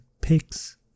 pigs